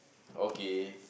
okay